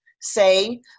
say